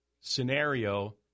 scenario